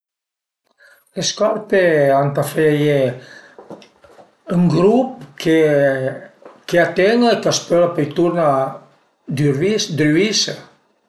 Le scarpe a ëntà feie ën grup ch'a ten e ch'a s'pöl pöi turna dürvise